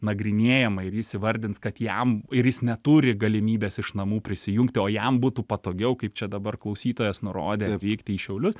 nagrinėjama ir jis įvardins kad jam ir jis neturi galimybės iš namų prisijungti o jam būtų patogiau kaip čia dabar klausytojas nurodė vykti į šiaulius